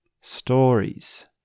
stories